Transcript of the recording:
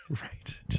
Right